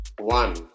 one